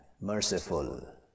merciful